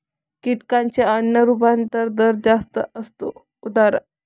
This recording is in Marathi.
कीटकांचा अन्न रूपांतरण दर जास्त असतो, उदा